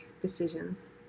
decisions